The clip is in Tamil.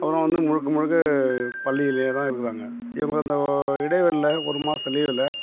அப்புறம் வந்து முழுக்க முழுக்க பள்ளியில் தான் இருக்ககிறாங்க இவங்க அந்த இடைவெளியில் ஒரு மாதம் லீவுவில்